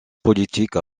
politiques